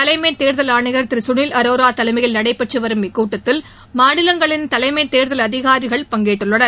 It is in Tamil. தலைமை தேர்தல் ஆணையர் திரு சுனில் அரோரா தலைமையில் நடைபெற்று வரும் இக்கூட்டத்தில் மாநிலங்களின் தலைமை தேர்தல் அதிகாரிகள் பங்கேற்றுள்ளனர்